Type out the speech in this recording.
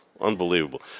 Unbelievable